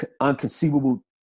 unconceivable